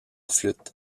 flûte